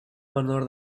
menor